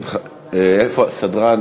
סדרן,